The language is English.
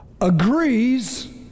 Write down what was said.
agrees